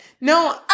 No